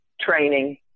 training